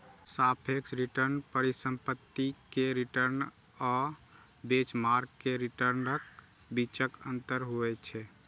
सापेक्ष रिटर्न परिसंपत्ति के रिटर्न आ बेंचमार्क के रिटर्नक बीचक अंतर होइ छै